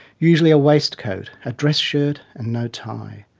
usually a waist coat, a dress shirt and no tie.